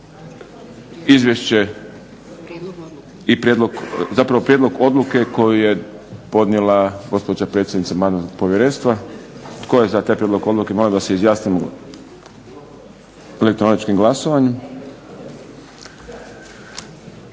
Dajem na glasovanje prijedlog odluke koju je podnijela gospođa predsjednica Mandatno-imunitetno povjerenstva. Tko je za taj prijedlog odluke molim da se izjasnimo elektroničkim glasovanjem?